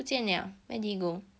不见 [liao] where did it go